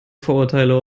vorurteile